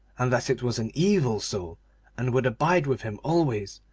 and that it was an evil soul and would abide with him always,